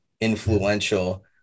influential